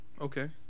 Okay